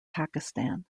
pakistan